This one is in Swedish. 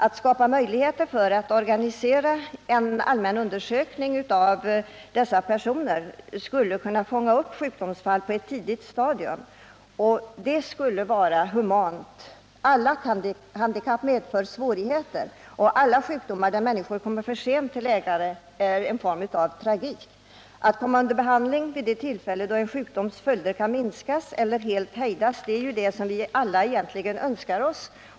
Att skapa möjligheter för att organisera en allmän undersökning av dessa personer skulle kunna medföra att man fångar upp sjukdomsfall på ett tidigt stadium, vilket skulle vara humant. Alla handikapp medför svårigheter, och att ha en sjukdom som förvärras därför att man kommer för sent till läkare innebär en form av tragik för människor. Att komma under behandling vid det tillfälle då en sjukdoms följder kan minskas eller helt hejdas är väl en sak som vi alla önskar oss.